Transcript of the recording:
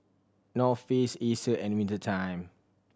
North Face Acer and Winter Time